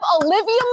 Olivia